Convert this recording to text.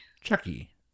Chucky